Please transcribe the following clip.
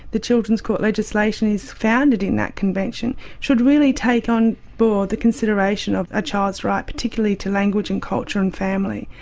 the children's court legislation is founded in that convention, should really take on board the consideration of a child's right particularly to language and culture and family.